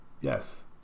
yes